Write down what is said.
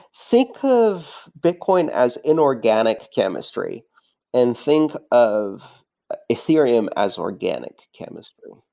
think of bitcoin as inorganic chemistry and think of ethereum as organic chemistry,